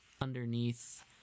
underneath